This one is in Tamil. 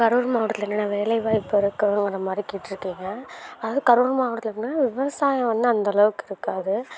கரூர் மாவட்டத்தில் என்னென்ன வேலைவாய்ப்பு இருக்குங்கிற மாதிரி கேட்ருக்கீங்க அதாவது கரூர் மாவட்டத்தில் எப்புடினா விவசாயம் வந்து அந்தளவுக்கு இருக்காது